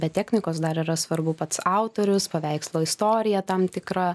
be teknikos dar yra svarbu pats autorius paveikslo istorija tam tikra